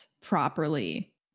properly